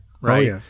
right